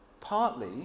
partly